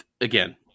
Again